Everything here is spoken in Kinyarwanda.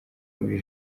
muri